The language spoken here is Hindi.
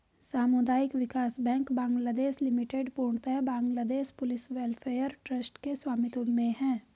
सामुदायिक विकास बैंक बांग्लादेश लिमिटेड पूर्णतः बांग्लादेश पुलिस वेलफेयर ट्रस्ट के स्वामित्व में है